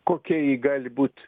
kokia ji gali būt